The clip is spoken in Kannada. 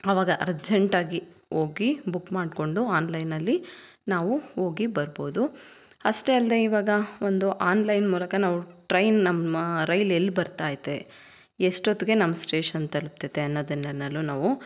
ಅವಾಗ ಅರ್ಝೆಂಟಾಗಿ ಹೋಗಿ ಬುಕ್ ಮಾಡಿಕೊಂಡು ಆನ್ಲೈನಲ್ಲಿ ನಾವು ಹೋಗಿ ಬರ್ಬೋದು ಅಷ್ಟೇ ಅಲ್ಲದೇ ಇವಾಗ ಒಂದು ಆನ್ಲೈನ್ ಮೂಲಕ ನಾವು ಟ್ರೈನ್ ನಮ್ಮ ರೈಲ್ ಎಲ್ಲಿ ಬರ್ತದೆ ಎಷ್ಟೊತ್ತಿಗೆ ನಮ್ಮ ಸ್ಟೇಷನ್ ತಲುಪ್ತಿದೆ ಅನ್ನೋದನ್ನೆಲ್ಲ ನಾವು